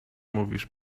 mówisz